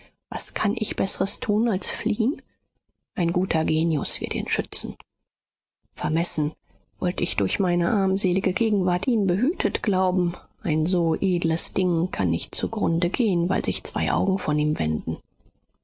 was kann ich besseres tun als fliehen ein guter genius wird ihn schützen vermessen wollt ich durch meine armselige gegenwart ihn behütet glauben ein so edles ding kann nicht zugrunde gehen weil sich zwei augen von ihm wenden